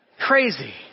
Crazy